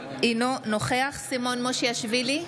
אינו נוכח סימון מושיאשוילי,